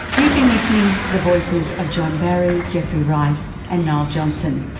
you've been listening to the voices of john barry, geoffrey rice and niall johnson.